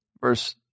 Verse